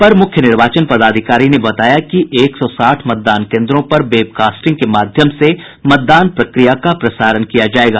अपर मुख्य निर्वाचन पदाधिकारी ने बताया कि एक सौ साठ मतदान केन्द्रों पर वेबकास्टिंग के माध्यम से मतदान प्रक्रिया का प्रसारण किया जायेगा